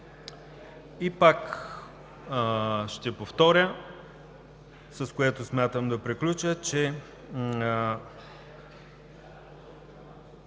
време. Ще повторя, с което смятам да приключа, че